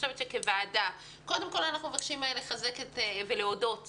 כוועדה קודם כול אנחנו מבקשים לחזק ולהודות